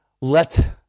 Let